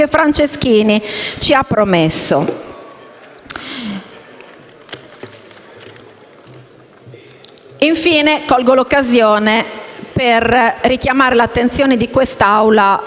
Franceschini ci ha promesso. Infine, colgo l'occasione per richiamare l'attenzione dell'Assemblea